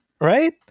right